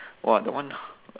!wah! the one